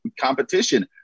competition